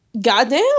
goddamn